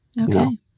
Okay